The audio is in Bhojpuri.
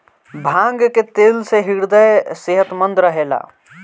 भांग के तेल से ह्रदय सेहतमंद रहेला